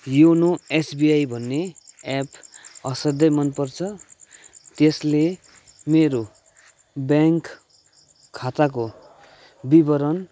YONO SBI भन्ने app असाध्यै मनपर्छ त्यसले मेरो ब्याङ्क खाताको विवरण